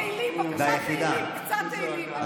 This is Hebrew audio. תהילים, בבקשה, קצת תהילים.